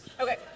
Okay